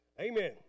Amen